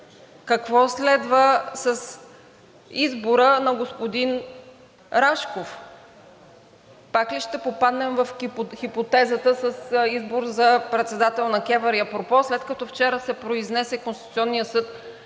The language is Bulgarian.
Какво следва с избора на господин Рашков? Пак ли ще попаднем в хипотезата с избор за председател на КЕВР? Апропо, след като вчера се произнесе Конституционният съд,